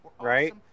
Right